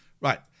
Right